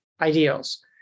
ideals